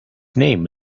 name